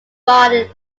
bar